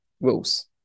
rules